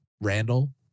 Randall